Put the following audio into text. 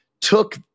took